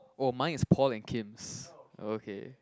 oh mine is Paul and Kim's okay